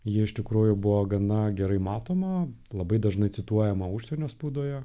ji iš tikrųjų buvo gana gerai matoma labai dažnai cituojama užsienio spaudoje